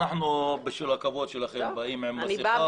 בשביל הכבוד לכם אנחנו באים עם מסכה.